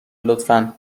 لطفا